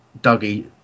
Dougie